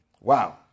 Wow